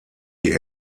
die